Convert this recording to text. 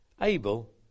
Abel